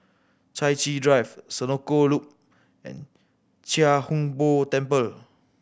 Chai Chee Drive Senoko Loop and Chia Hung Boo Temple